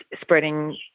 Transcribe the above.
spreading